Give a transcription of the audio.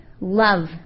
love